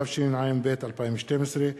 התשע"ב 2012,